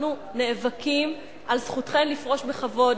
אנחנו נאבקים על זכותכן לפרוש בכבוד,